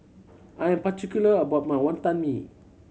I'm particular about my Wantan Mee